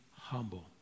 humble